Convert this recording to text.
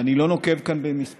ואני לא נוקב כאן במספרים,